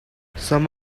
some